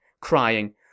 crying